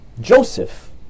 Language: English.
Joseph